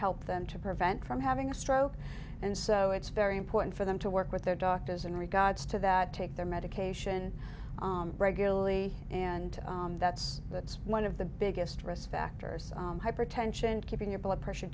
help them to prevent from having a stroke and so it's very important for them to work with their doctors in regards to that take their medication regularly and that's that's one of the biggest risk factors hypertension keeping your blood pressure